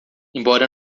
embora